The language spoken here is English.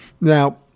Now